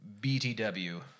BTW